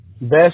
Best